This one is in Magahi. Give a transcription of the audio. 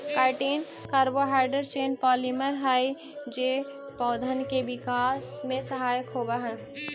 काईटिन कार्बोहाइड्रेट चेन पॉलिमर हई जे पौधन के विकास में सहायक होवऽ हई